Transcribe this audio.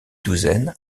douzaine